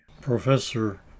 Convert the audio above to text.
professor